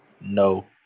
no